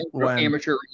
amateur